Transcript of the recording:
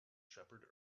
shepherd